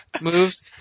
moves